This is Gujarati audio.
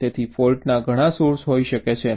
તેથી ફૉલ્ટના ઘણા સોર્સ હોઈ શકે છે